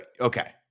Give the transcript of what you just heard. Okay